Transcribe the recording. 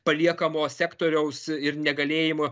paliekamo sektoriaus ir negalėjimo